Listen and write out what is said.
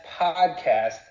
podcast